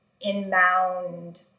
inbound